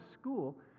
school